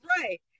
Right